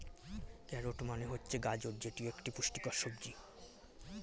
carrot মানে হচ্ছে গাজর যেটি একটি পুষ্টিকর সবজি